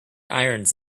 irons